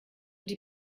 die